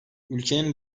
ülkenin